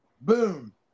Boom